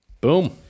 Boom